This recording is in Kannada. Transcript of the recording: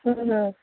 ಹ್ಞೂ ಹ್ಞೂ